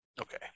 Okay